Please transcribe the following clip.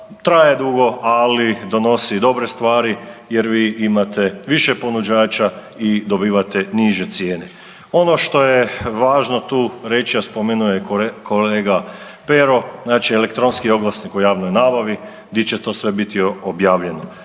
traje dugo, ali donosi dobre stvari jer vi imate više ponuđača i dobivate niže cijene. Ono što je važno tu reći, a spomenuo je kolega Pero znači elektronski oglasnik o javnoj nabavi gdje će to sve biti objavljeno.